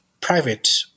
private